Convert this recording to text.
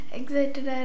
excited